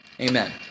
Amen